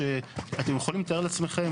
שאתם יכולים לתאר לעצמכם,